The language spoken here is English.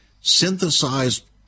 synthesized